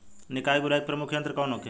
निकाई गुराई के प्रमुख यंत्र कौन होखे?